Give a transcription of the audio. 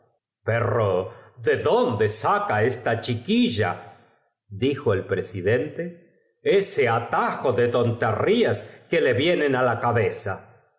pero de dónde saca esta chiquilla suavemente á través de los cristales del dijo el presidente ese atajo de tonterías armario los cuales cmpezaron á sonar que le vienen á la cabeza